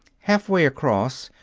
halfway across,